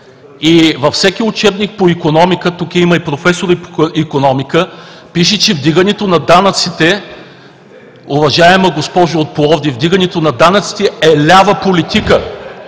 и във всеки учебник по икономика – тук има и професори по икономика, пише, че вдигането на данъците, уважаема госпожо от Пловдив, е лява политика, е лява политика!